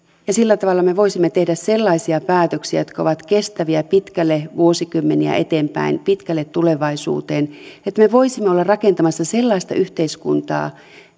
sillä tavalla me me voisimme tehdä sellaisia päätöksiä jotka ovat kestäviä pitkälle vuosikymmeniä eteenpäin pitkälle tulevaisuuteen niin että me voisimme olla rakentamassa sellaista yhteiskuntaa